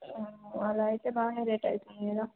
అలా అయితే బాగా రేట్ అవుతుంది కదా